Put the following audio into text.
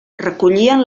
recollien